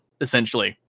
essentially